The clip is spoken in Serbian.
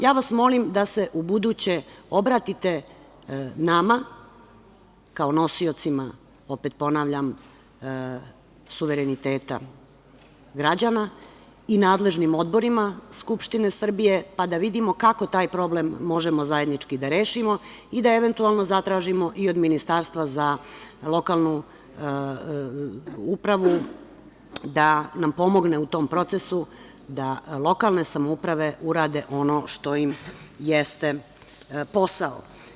Ja vas molim da se ubuduće obratite nama kao nosiocima, opet ponavljam, suvereniteta građana i nadležnim odborima Skupštine Srbije, pa da vidimo kako taj problem možemo zajednički da rešimo i da eventualno zatražimo i od Ministarstva za lokalnu upravu da nam pomogne u tom procesu da lokalne samouprave urade ono što im jeste posao.